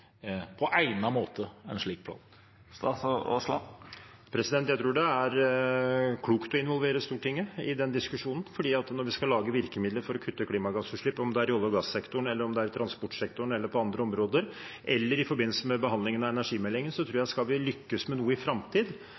en slik plan? Jeg tror det er klokt å involvere Stortinget i den diskusjonen. Når vi skal lage virkemidler for å kutte klimagassutslipp, om det er i olje- og gassektoren, i transportsektoren eller på andre områder, eller i forbindelse med behandlingen av energimeldingen, tror jeg at skal vi lykkes med noe i